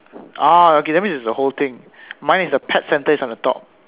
ah okay that means it's the whole thing mine is the pet centre is on the top